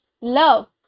love